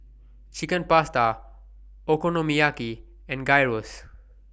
Chicken Pasta Okonomiyaki and Gyros